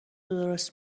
درست